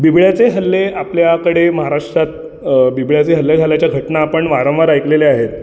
बिबळ्याचे हल्ले आपल्याकडे महाराश्रात बिबळ्याचे हल्ले झाल्याच्या घटना आपण वारंवार ऐकलेले आहेत